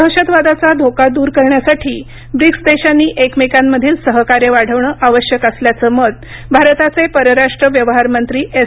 दहशतवादाचा धोका दूर करण्यासाठी ब्रिक्स देशांनी एकमेकांमधील सहकार्य वाढवणं आवश्यक असल्याचं मत भारताचे परराष्ट्र व्यवहार मंत्री एस